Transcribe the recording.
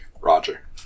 Roger